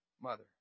mother